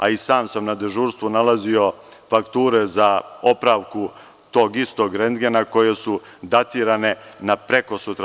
A i sam sam na dežurstvu nalazio fakture za opravku tog istog rendgena koje su datirane na prekosutra.